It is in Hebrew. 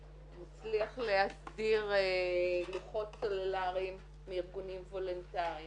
הוא הצליח להסדיר לוחות סלולריים מארגונים וולונטריים.